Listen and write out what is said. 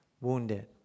Wounded